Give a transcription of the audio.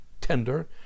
tender